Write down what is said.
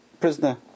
prisoner